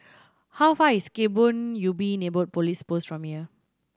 how far is Kebun Ubi Neighbourhood Police Post from here